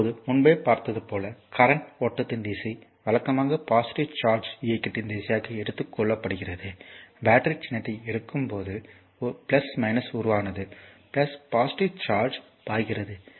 இப்போது முன்பே பார்த்தது போல கரண்ட் ஓட்டத்தின் திசை வழக்கமாக பாசிட்டிவ் சார்ஜ் இயக்கத்தின் திசையாக எடுத்துக் கொள்ளப்படுகிறது பேட்டரி சின்னத்தை எடுக்கும் போது கரண்ட் உருவானது பாசிட்டிவ் சார்ஜ் பாய்கிறது